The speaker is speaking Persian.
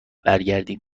برگردیم